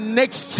next